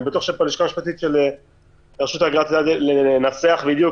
אני בטוח שהלשכה המשפטית יודעת לנסח בדיוק